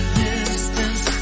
distance